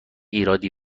ایرادی